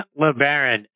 LeBaron